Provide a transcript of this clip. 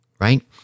right